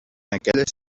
aquella